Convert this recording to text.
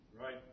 Right